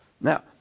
Now